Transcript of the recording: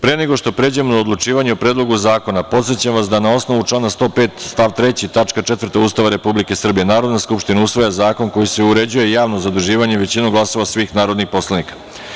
Pre nego što pređemo na odlučivanje o Predlogu zakona, podsećam vas da, na osnovu člana 105. stav 3. tačka 4. Ustava Republike Srbije, Narodna skupština usvaja zakon kojim se uređuje javno zaduživanje većinom glasova svih narodnih poslanika.